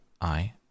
I